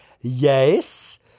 yes